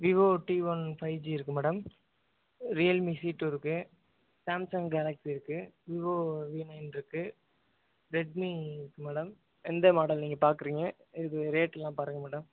Vivo T one five G இருக்கு madam Realme C two இருக்கு Samsung Galaxy இருக்கு விவோ வி நைன்ருக்கு ரெட்மி இருக்கு மேடம் எந்த மாடல் நீங்கள் பார்க்றீங்க இதில் ரேட்லாம் பாருங்கள் மேடம்